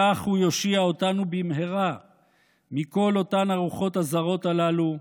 כך הוא יושיע אותנו במהרה מכל אותן הרוחות הזרות הללו,